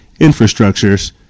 infrastructures